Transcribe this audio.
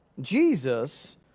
Jesus